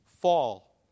fall